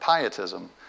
pietism